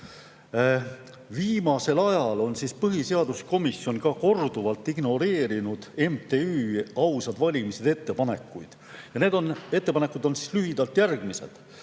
Viimasel ajal on põhiseaduskomisjon ka korduvalt ignoreerinud MTÜ Ausad Valimised ettepanekuid. Need ettepanekud on lühidalt järgmised.